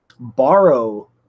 borrow